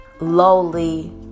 lowly